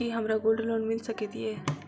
की हमरा gold loan मिल सकैत ये?